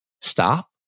Stop